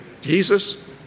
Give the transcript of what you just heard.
Jesus